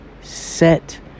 set